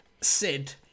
Sid